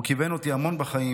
הוא כיוון אותי המון בחיים.